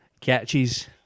catches